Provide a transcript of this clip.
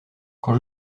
quand